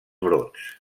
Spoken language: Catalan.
brots